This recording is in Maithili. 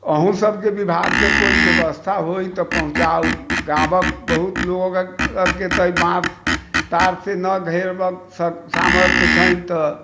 अहुंसब के विभाग से कोइ व्यवस्था होइ तऽ पहुँचाउ गाम के बहुत लोक के तऽ बाँस तार से ना घेरलक सामर्थ्य छनि तऽ